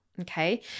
okay